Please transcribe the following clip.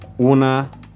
Una